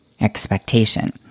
expectation